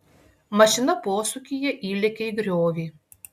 mašina posūkyje įlėkė į griovį